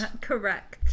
Correct